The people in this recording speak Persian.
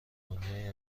دنیای